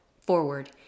forward